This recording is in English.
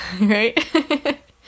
right